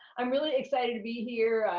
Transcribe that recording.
i'm really excited to be here.